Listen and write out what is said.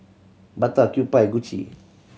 Bata Kewpie Gucci